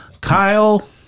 Kyle